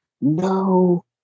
No